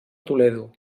toledo